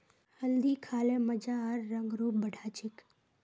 हल्दी खा ल मजा आर रंग रूप बढ़ा छेक